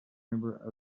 member